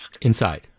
inside